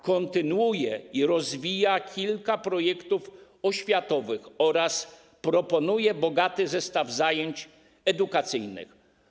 Kontynuuje i rozwija kilka projektów oświatowych oraz proponuje bogaty zestaw zajęć edukacyjnych.